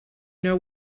know